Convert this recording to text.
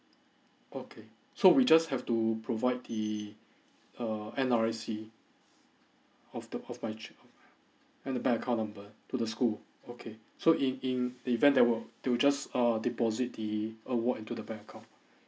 okay so we just have to provide the err N_R_I_C of the of my chi~ of my and the bank account number to the school okay so in in the event they will they will just uh deposit the award into the bank account